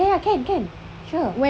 ya can can sure